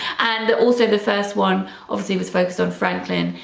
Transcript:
and also the first one obviously was focused on franklin,